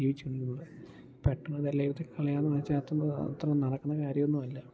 ജീവിച്ചു വന്നിരുന്നത് പെട്ടന്നിതെല്ലാം എടുത്തു കളയുകയെന്നു വെച്ചാൽ അത്ര അത്ര നടക്കുന്ന കാര്യമൊന്നും അല്ല